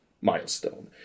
milestone